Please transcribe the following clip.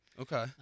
Okay